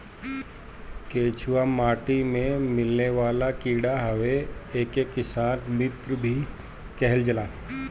केचुआ माटी में मिलेवाला कीड़ा हवे एके किसान मित्र भी कहल जाला